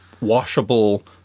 washable